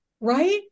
right